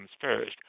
first